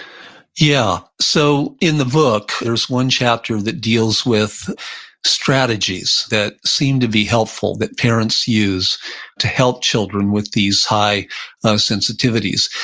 yeah. so in the book, there's one chapter that deals with strategies that seem to be helpful that parents use to help children with these high um sensitivities.